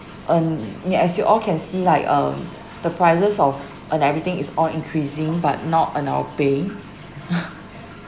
and ya as you all can see lah um the prices of uh everything is all increasing but not on our pay